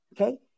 Okay